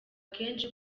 kenshi